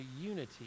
unity